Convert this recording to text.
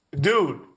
Dude